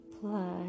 Plus